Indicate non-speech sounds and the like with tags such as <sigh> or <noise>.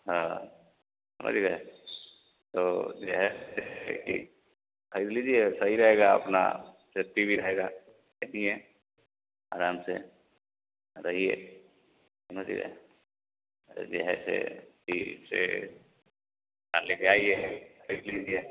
हाँ समझ गए तो यह है जैसे कि खरीद लीजिए सही रहेगा अपना सेफ्टी भी रहेगा <unintelligible> आराम से रहिए समझ गए अरे यह है से कि से हाँ ले जाइए खरीद लीजिए